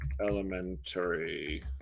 elementary